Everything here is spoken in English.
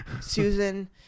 Susan